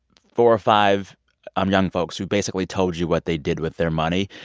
four or five um young folks, who basically told you what they did with their money.